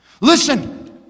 Listen